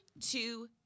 two